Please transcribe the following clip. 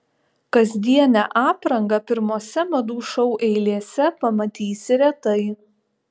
kasdienę aprangą pirmose madų šou eilėse pamatysi retai